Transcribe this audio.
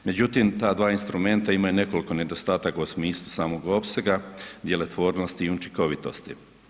Međutim ta dva instrumenta imaju nekoliko nedostataka u smislu samog opsega djelotvornosti i učinkovitosti.